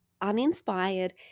uninspired